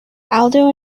aldo